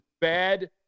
bad